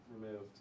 removed